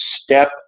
step